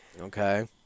Okay